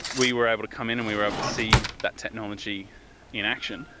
we were able to come in and we were able to see that technology in action,